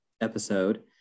episode